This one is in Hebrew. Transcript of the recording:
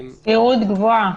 סבירות גבוהה.